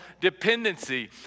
dependency